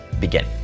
begin